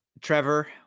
Trevor